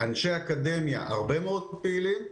אנשי אקדמיה פעילים מאוד,